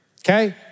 okay